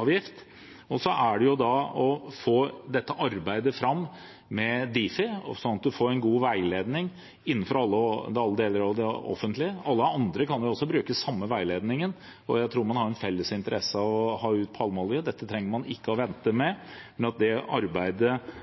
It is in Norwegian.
pst. Og så er det arbeidet i Difi som skal gjennomføres, slik at en får en god veiledning innenfor alle deler av det offentlige. Alle andre kan jo også bruke den samme veiledningen, og jeg tror man har en felles interesse av å få bort palmeolje, dette trenger man ikke å vente med. Jeg mener også det er riktig at forbrukeren skal ha informasjon om kvaliteten på biodrivstoffet, for vi vet at det